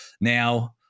Now –